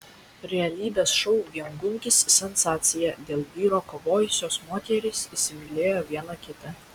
realybės šou viengungis sensacija dėl vyro kovojusios moterys įsimylėjo viena kitą